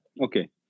okay